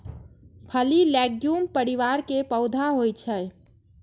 फली लैग्यूम परिवार के पौधा होइ छै